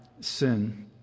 sin